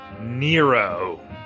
Nero